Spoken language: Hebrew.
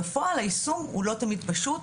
בפועל היישום הוא לא תמיד פשוט.